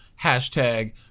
hashtag